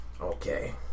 Okay